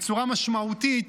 בצורה משמעותית,